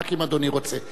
רק אם אדוני רוצה.